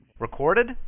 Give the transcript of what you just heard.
Recorded